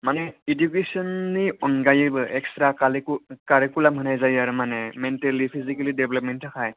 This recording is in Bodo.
माने इदुकेसननि आनगायैबो एकसथ्रा खालिखु खारिखुलाम होनाय जायो आरो माने मेनथेलिथि फिजिखेलि देबालपमेन नि थाखाय